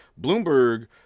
Bloomberg